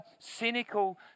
cynical